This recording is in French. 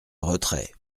retrait